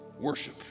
worship